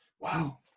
Wow